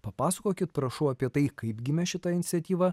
papasakokit prašau apie tai kaip gimė šita iniciatyva